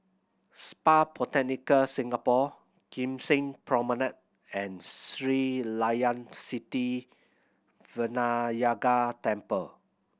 Spa Botanica Singapore Kim Seng Promenade and Sri Layan Sithi Vinayagar Temple